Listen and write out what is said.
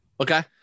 Okay